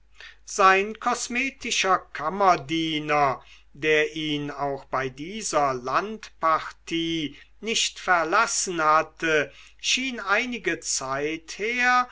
sein kosmetischer kammerdiener der ihn auch bei dieser landpartie nicht verlassen hatte schien einige zeit her